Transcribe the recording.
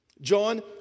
John